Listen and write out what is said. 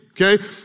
okay